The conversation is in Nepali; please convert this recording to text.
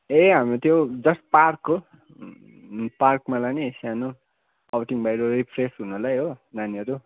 ए हामी त्यो जस्ट पार्क हो पार्कमा लाने स्यानो आउटिङ बाहिर रिफ्रेस हुनलाई हो नानीहरू